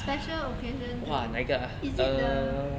special occasion to eat is it the